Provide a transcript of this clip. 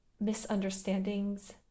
misunderstandings